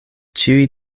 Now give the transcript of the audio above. ĉiuj